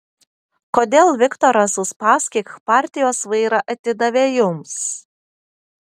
kodėl viktoras uspaskich partijos vairą atidavė jums